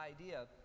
idea